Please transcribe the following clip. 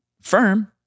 firm